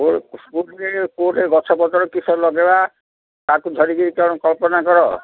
କ ସ୍କୁଲ୍ରେ କେଉଁଠି ଗଛ ପତର କିସ ଲଗେଇବା ତାକୁ ଧରିକିରି ତୁମେ କଳ୍ପନା କର